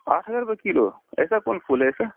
آٹھ ہزار روپے کلو ایسا کون پھول ہے سر